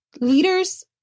Leaders